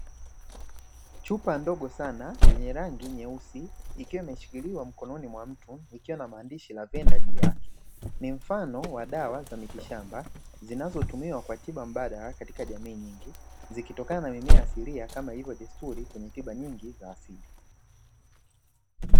Chupa ndogo sana yenye rangi nyeusi ikiwa imeshikiliwa mkononi mwa mtu ikiwa na maandishi "lavender" juu yake ni mfano wa dawa za mitishamba, zinazotumiwa kwa tiba mbadala katika jamii nyingi zikitokana na mimea asilia kama hivyo desturi kwenye tiba nyingi za asili.